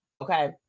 okay